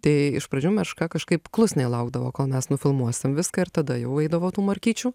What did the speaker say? tai iš pradžių meška kažkaip klusniai laukdavo kol mes nufilmuosim viską ir tada jau eidavo tų morkyčių